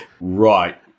Right